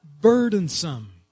burdensome